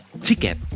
Ticket